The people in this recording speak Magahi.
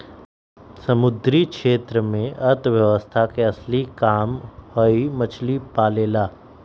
समुद्री क्षेत्र में अर्थव्यवस्था के असली काम हई मछली पालेला